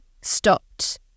stopped